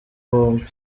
bombi